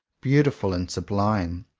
beautiful and sublime.